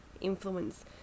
influence